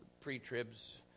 pre-tribs